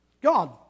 God